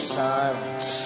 silence